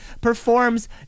performs